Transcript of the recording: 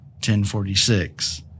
1046